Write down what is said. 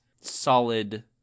solid